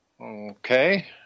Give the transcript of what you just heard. Okay